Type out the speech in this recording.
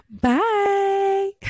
Bye